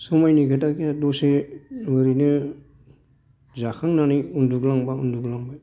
समायनि खोथा गैया दसे ओरैनो जाखांनानै उन्दुग्लांबा उन्दुग्लांबाय